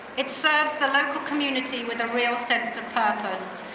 it serves the local community with a real sense of purpose,